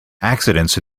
accidents